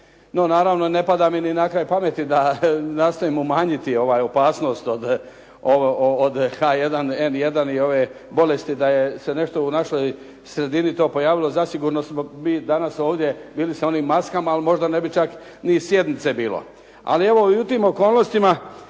No naravno, ne pada mi ni na kraj pameti da nastojim umanjiti opasnost od H1 N1 i ove bolesti da se nešto u našoj sredini to pojavilo, zasigurno smo mi danas ovdje bili sa onim maskama a možda ne bi čak ni sjednice bilo. Ali evo, i u tim okolnostima